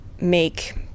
make